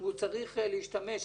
והוא צריך להשתמש במזומן.